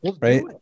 Right